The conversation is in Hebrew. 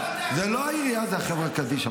זו לא העירייה, זה החברה קדישא.